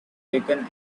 awaken